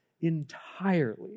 entirely